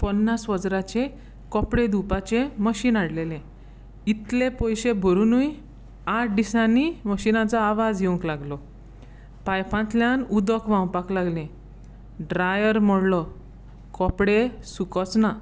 पन्नास हजारांचे कपडे धुंवपाचें मशीन हाडिल्लें इतले पयशे भरूनूय आठ दिसांनी मशिनाचो आवाज येवंक लागलो पायपांतल्यान उदक व्हांवपाक लागलें ड्रायर मडलो कपडे सुकोवंकच ना